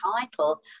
title